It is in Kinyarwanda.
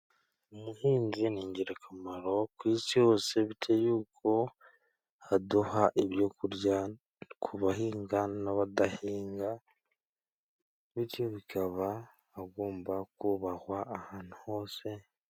Umuhinzi n'ingirakamaro ku isi hose, bitewe yuko aduha ibyo kurya ku bahinga n'abadahinga, bityo bakaba bagomba kubahwa ahantu hose.